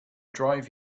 drive